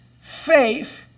Faith